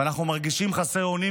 ואנחנו מרגישים חסרי אונים,